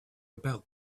about